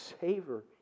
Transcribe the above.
savor